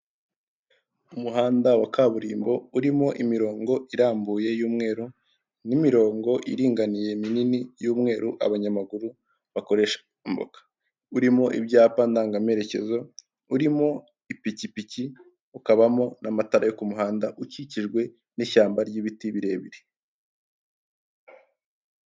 Umuhanda wa kaburimbo urimo imirongo irambuye y'umweru n'imirongo iringaniye minini y'umweru abanyamaguru bakoresha bambuka, urimo ibyapa ndangamerekezo, urimo ipikipiki ukabamo n'amatara yo ku muhanda ukikijwe n'ishyamba ry'ibiti birebire.